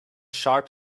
sharp